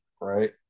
right